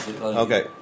Okay